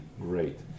Great